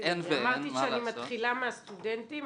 אמרתי שאני מתחילה מהסטודנטים,